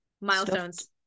milestones